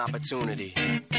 opportunity